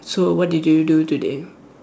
so what did you do today